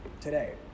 today